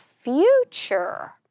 future